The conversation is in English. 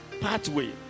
pathway